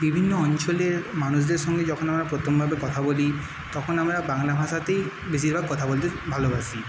বিভিন্ন অঞ্চলের মানুষদের সঙ্গে যখন আমরা প্রথমবার কথা বলি তখন আমরা বাংলা ভাষাতেই বেশিরভাগ কথা বলতে ভালোবাসি